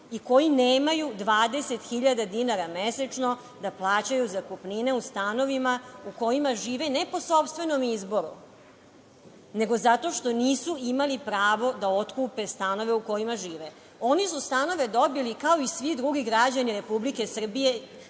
i koji nemaju 20.000 dinara mesečno da plaćaju zakupnine u stanovima u kojima žive, ne po sopstvenom izboru, nego zato što nisu imali pravo da otkupe stanove u kojima žive? Oni su stanove dobili kao i svi drugi građani Republike Srbije,